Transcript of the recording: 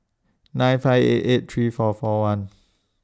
nine five eight eight three four four one